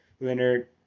Leonard